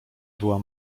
była